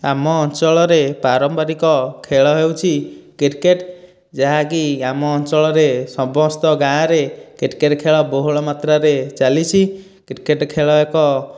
ଆମ ଅଞ୍ଚଳରେ ପାରମ୍ପରିକ ଖେଳ ହେଉଛି କ୍ରିକେଟ ଯାହାକି ଆମ ଅଞ୍ଚଳରେ ସମସ୍ତ ଗାଁରେ କ୍ରିକେଟ ଖେଳ ବହୁଳ ମାତ୍ରାରେ ଚାଲିଛି କ୍ରିକେଟ ଖେଳ ଏକ